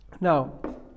Now